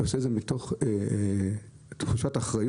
אתה עושה את זה מתוך תחושת אחריות